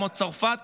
כמו צרפת,